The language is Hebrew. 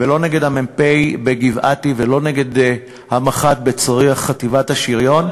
ולא נגד המ"פ בגבעתי ולא נגד המח"ט בצריח חטיבת השריון.